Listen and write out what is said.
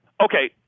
Okay